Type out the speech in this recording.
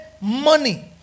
money